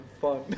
fun